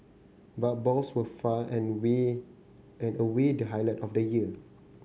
but balls were far and way and away the highlight of the year